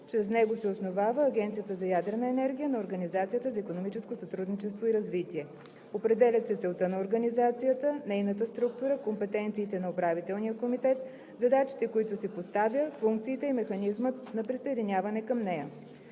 Чрез него се основава Агенцията за ядрена енергия на Организацията за икономическо сътрудничество и развитие. Определят се целта на организацията, нейната структура, компетенциите на Управителния комитет, задачите, които си поставя, функциите ѝ и механизмът на присъединяване към нея.